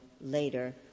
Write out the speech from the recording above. later